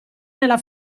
nella